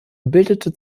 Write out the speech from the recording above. bildete